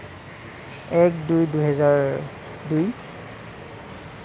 এক দুই দুহেজাৰ দুই